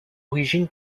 origine